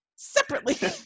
separately